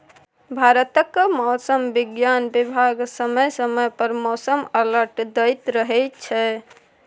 भारतक मौसम बिज्ञान बिभाग समय समय पर मौसम अलर्ट दैत रहै छै